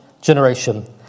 generation